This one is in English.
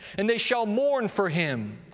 and they shall mourn for him,